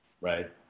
right